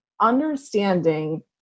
understanding